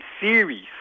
series